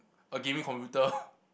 a gaming computer